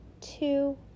two